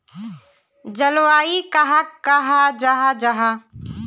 जलवायु कहाक कहाँ जाहा जाहा?